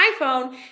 iPhone